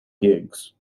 gigs